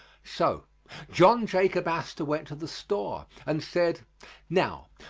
so john jacob astor went to the store and said now,